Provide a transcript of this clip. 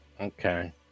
Okay